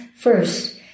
first